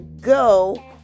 go